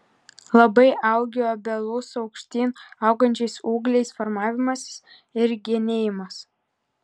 labai augių obelų su aukštyn augančiais ūgliais formavimas ir genėjimas